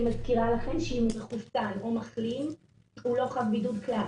אני מזכירה לכם שאם הוא מחוסן או מחלים הוא לא חב בבידוד כלום.